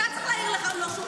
אתה צריך להעיר לו.